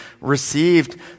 received